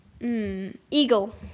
eagle